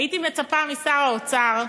הייתי מצפה משר האוצר,